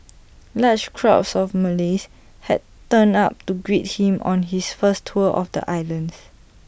large crowds of Malays had turned up to greet him on his first tour of the islands